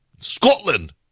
Scotland